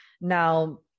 Now